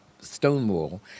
Stonewall